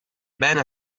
bene